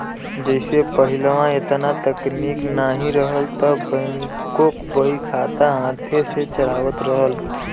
जइसे पहिलवा एतना तकनीक नाहीं रहल त बैंकों बहीखाता हाथे से चढ़ावत रहल